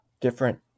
different